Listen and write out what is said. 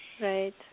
Right